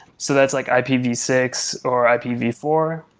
so that is like i p v six or i p v four.